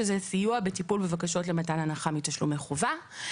שזה סיוע בטיפול בבקשות למתן הנחה מתשלומי חובה.